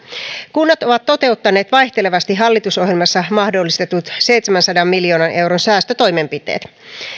kunnat ovat toteuttaneet vaihtelevasti hallitusohjelmassa mahdollistetut seitsemänsadan miljoonan euron säästötoimenpiteet